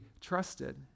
trusted